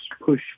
push